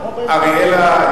אראלה?